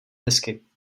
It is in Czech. hezky